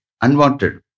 unwanted